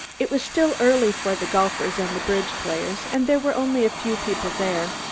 it was still early for the golfers and the bridge players and there were only a few people there.